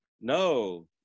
no